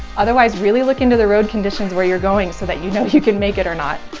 otherwise, really look into the road conditions where you're going so that you know if you can make it or not.